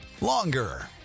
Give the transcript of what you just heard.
longer